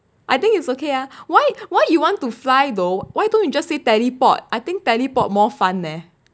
I think it's okay ah why why do you want to fly though why don't you just say teleport I think teleport more fun leh